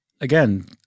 again